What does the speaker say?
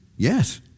Yes